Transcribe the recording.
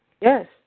Yes